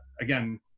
again